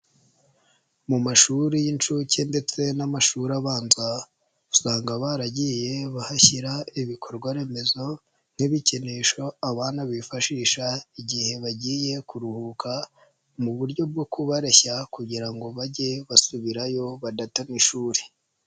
Mu mashuri y'inshuke ndetse n'amashuri abanza usanga baragiye bahashyira ibikorwa remezo nk'ibikinisho abana bifashisha igihe bagiye kuruhuka mu buryo bwo kubareshya kugira ngo bajye basubirayo badata n'ishuri.